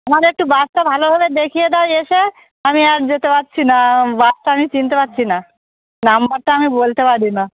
আমাদের একটু বাসটা ভালোভাবে দেখিয়ে দাও এসে আমি আর যেতে পারচ্ছি না বাসটা আমি চিনতে পাচ্ছি না নাম্বারটা আমি বলতে পারি না